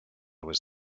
was